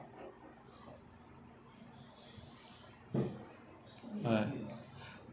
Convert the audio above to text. all right